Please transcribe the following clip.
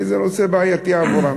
כי זה נושא בעייתי עבורם: